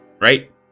right